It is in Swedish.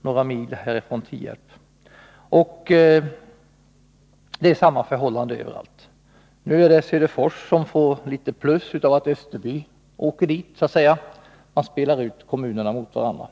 några mil från Tierp. Förhållandet är detsamma överallt. Nu är det Söderfors som får en liten fördel på grund av att Österby så att säga åker dit. Man spelar ut kommunerna mot varandra.